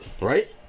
right